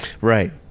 right